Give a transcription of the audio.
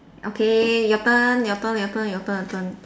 okay your turn your turn your turn your turn your turn